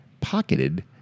pocketed